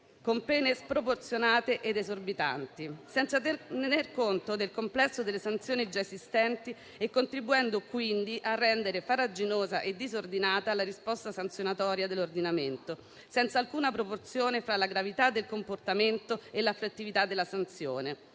a pene sproporzionate ed esorbitanti, senza tener conto del complesso delle sanzioni già esistenti e contribuendo quindi a rendere farraginosa e disordinata la risposta sanzionatoria dell'ordinamento, senza alcuna proporzione fra la gravità del comportamento e l'afflittività della sanzione.